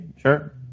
sure